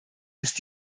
ist